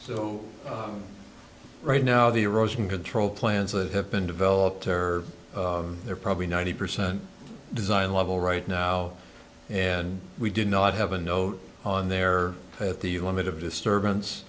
so right now the erosion control plans that have been developed are they're probably ninety percent design level right now and we did not have a note on there that the limit of disturbance